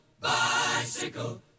bicycle